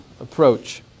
approach